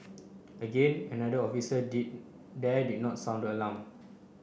again another officer there did not sound the alarm